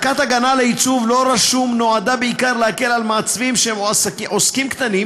מתן הגנה לעיצוב לא רשום נועד בעיקר להקל על מעצבים שהם עוסקים קטנים